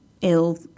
ill